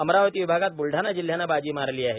अमरावती विभागात ब्लडाणा जिल्ह्याने बाजी मारली आहे